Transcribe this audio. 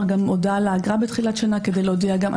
גם הודעה לאגרה בתחילת שנה כדי להודיע גם.